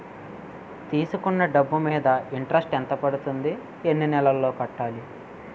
తీసుకున్న డబ్బు మీద ఇంట్రెస్ట్ ఎంత పడుతుంది? ఎన్ని నెలలో కట్టాలి?